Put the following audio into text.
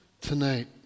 tonight